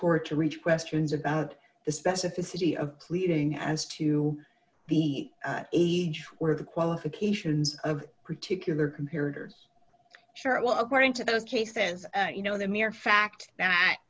court to reach questions about the specificity of pleading as to the age were the qualifications of particular compared sure well according to those cases you know the mere fact that